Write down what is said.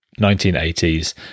1980s